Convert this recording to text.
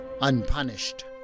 unpunished